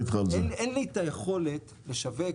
אבל בסוף אין לי את היכולת לשווק,